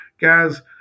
Guys